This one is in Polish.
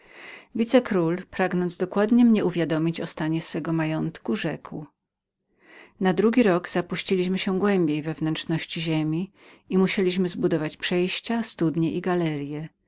wicekról pragnąc dokładnie mnie uwiadomić o stanie swego majątku rzekł na drugi rok zapuściliśmy się głębiej we wnętrzności ziemi i musieliśmy zbudować przejścia studnie galerye